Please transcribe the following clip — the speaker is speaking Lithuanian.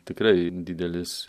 tikrai didelis